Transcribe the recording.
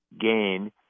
gained